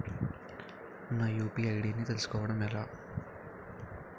నా UPI ID ని తెలుసుకోవడం ఎలా?